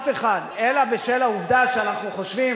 אלא בשל העובדה שאנחנו חושבים,